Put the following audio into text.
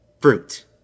fruit